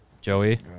Joey